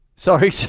Sorry